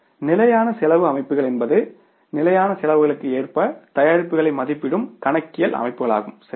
நிலையான செலவு அமைப்புகள் என்பது நிலையான செலவுகளுக்கு ஏற்ப தயாரிப்புகளை மதிப்பிடும் கணக்கியல் அமைப்புகளாகும் சரியா